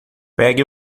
pegue